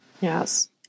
Yes